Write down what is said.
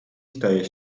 staje